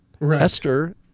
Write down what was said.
Esther